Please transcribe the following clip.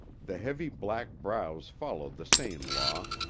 the heavy black brows followed the same law,